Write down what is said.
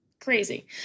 Crazy